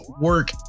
work